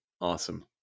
Awesome